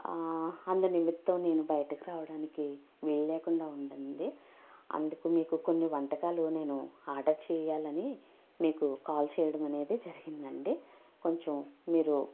అందు నిమిత్తం నేను బయటకు రావడానికి వీలు లేకుండా ఉందండి అందుకు మీకు నేను కొన్ని వంటకాలు నేను ఆర్డర్ చేయాలని మీకు కాల్ చేయడం అనేది జరిగిందండి కొంచెం మీరు